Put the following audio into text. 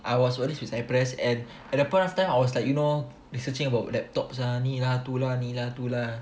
I was always with cyprus and at that point of time I was like you know researching about laptops lah ni lah tu lah ni lah tu lah